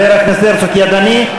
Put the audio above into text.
ידני?